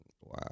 Wow